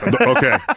okay